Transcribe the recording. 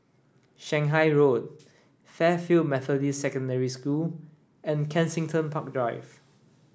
Shanghai Road Fairfield Methodist Secondary School and Kensington Park Drive